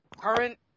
current